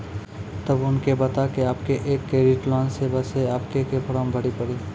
तब उनके बता के आपके के एक क्रेडिट लोन ले बसे आपके के फॉर्म भरी पड़ी?